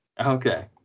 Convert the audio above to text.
Okay